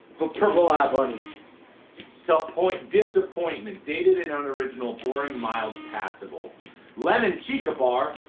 but purple eye bunny sappoint disappointment dated and unoriginal boring mild passable lemon chica bar.